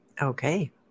okay